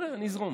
נראה, נזרום.